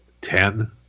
ten